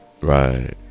Right